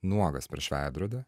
nuogas prieš veidrodį